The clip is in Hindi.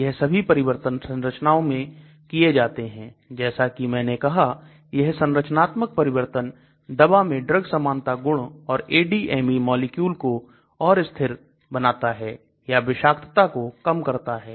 यह सभी परिवर्तन संरचनाओं में किए जाते हैं जैसा कि मैंने कहा यह संरचनात्मक परिवर्तन दवा में ड्रग समानता गुण और ADME मॉलिक्यूल को और स्थिर बनाता है या विषाक्तता को को कम करता है